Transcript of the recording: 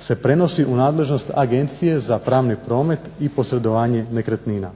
se prenosi u nadležnost Agencije za pravni promet i posredovanje nekretnina.